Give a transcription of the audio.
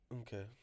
okay